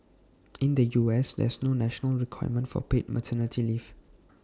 in the us there's no national requirement for paid maternity leave